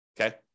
okay